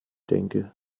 denke